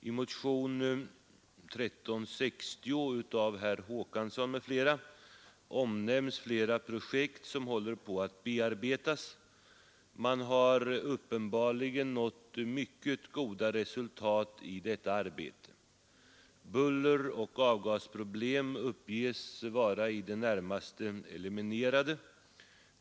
I motionen 1360 av herr Håkansson m.fl. omnämns flera projekt som håller på att bearbetas. Man har uppenbarligen nått mycket goda resultat i detta arbete. Bulleroch avgasproblemen uppges vara i det närmaste eliminerade.